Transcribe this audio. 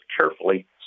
carefully